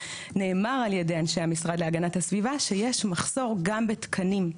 נאמר על ידי אנשי המשרד להגנת הסביבה שיש מחסור גם בתקנים,